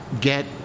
get